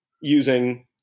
using